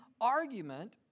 argument